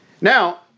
Now